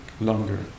longer